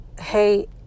hey